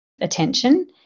attention